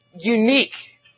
unique